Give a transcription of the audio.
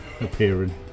appearing